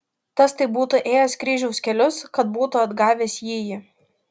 tas tai būtų ėjęs kryžiaus kelius kad būtų atgavęs jįjį